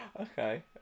Okay